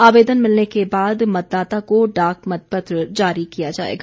आवेदन मिलने के बाद मतदाता को डाकमतपत्र जारी किया जाएगा